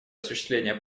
осуществления